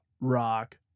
Rock